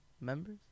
Members